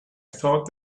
thought